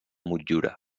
motllura